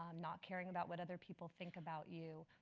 um not caring about what other people think about you,